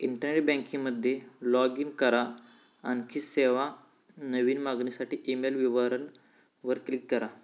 internet banking मध्ये log in करा, आणखी सेवा, नवीन मागणीसाठी ईमेल विवरणा वर क्लिक करा